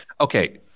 Okay